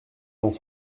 dans